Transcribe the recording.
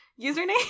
username